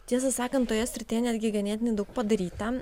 tiesą sakant toje srityje netgi ganėtinai daug padaryta